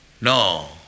No